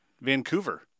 Vancouver